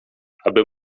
aby